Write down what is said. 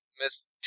Miss